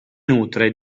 nutre